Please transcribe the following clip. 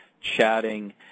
chatting